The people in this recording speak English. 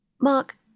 mark